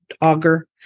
auger